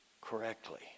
correctly